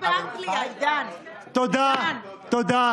ולהיאבק למען מדינה וחברה טובות יותר,